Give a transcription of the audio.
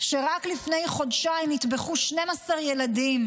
שרק לפני חודשיים נטבחו 12 ילדים